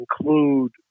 include